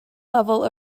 level